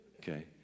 Okay